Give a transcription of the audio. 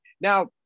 Now